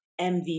MVP